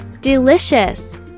Delicious